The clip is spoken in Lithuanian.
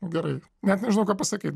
gerai net nežinau ką pasakyt